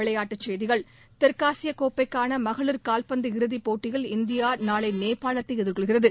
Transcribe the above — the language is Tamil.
விளையாட்டுச் செய்திகள் தெற்காசிய கோப்பைக்கான மகளிர் கால்பந்து இறுதிப் போட்டியில் இந்தியா நாளை நேபாளத்தை எதிர்கொள்கிறது